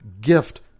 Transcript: gift